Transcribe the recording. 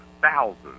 thousands